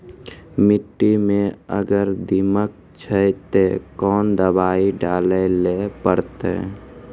मिट्टी मे अगर दीमक छै ते कोंन दवाई डाले ले परतय?